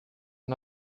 and